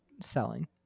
selling